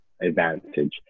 advantage